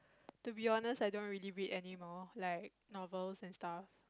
to be honest I don't really read anymore like novels and stuff